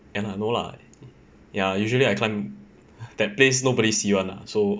can lah no lah ya usually I climb that place nobody see [one] lah so